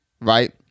right